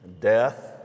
death